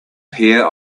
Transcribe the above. pair